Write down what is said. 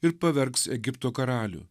ir pavergs egipto karalių